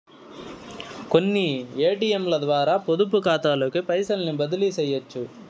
కొన్ని ఏటియంలద్వారా పొదుపుకాతాలోకి పైసల్ని బదిలీసెయ్యొచ్చు